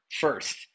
first